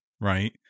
right